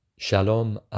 shalom